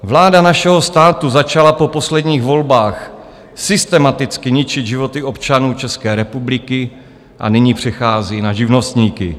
Vláda našeho státu začala po posledních volbách systematicky ničit životy občanů České republiky a nyní přechází na živnostníky.